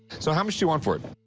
so how much do you want for it?